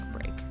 break